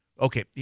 Okay